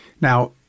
Now